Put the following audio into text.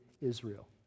Israel